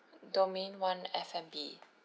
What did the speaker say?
domain one F&B